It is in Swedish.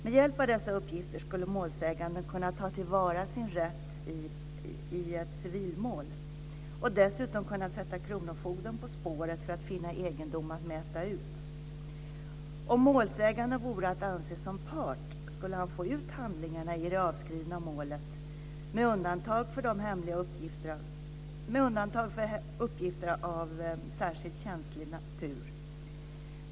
Med hjälp av dessa uppgifter skulle målsäganden kunna ta till vara sin rätt i ett civilmål och dessutom kunna sätta kronofogden på spåret för att finna egendom att mäta ut. Om målsäganden vore att anses som part skulle han få ut handlingarna i det avskrivna målet, med undantag för uppgifter av särskilt känslig natur.